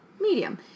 Medium